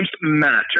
Matter